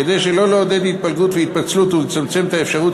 כדי שלא לעודד התפלגות והתפצלות ולצמצם את האפשרות